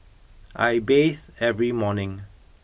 I bathe every morning